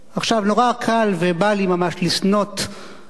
עכשיו, נורא קל, ובא לי ממש לסנוט בקדימה,